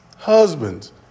Husbands